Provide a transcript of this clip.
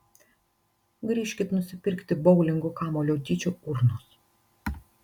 grįžkit nusipirkti boulingo kamuolio dydžio urnos